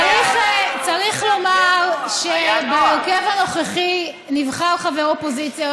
צריך לומר שבהרכב הנוכחי נבחר חבר אופוזיציה,